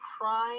prime